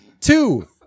two